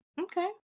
okay